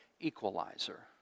equalizer